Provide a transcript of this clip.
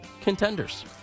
contenders